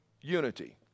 unity